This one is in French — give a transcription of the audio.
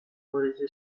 relayé